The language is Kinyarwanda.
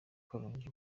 karongi